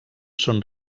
són